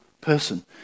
person